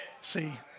See